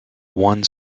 one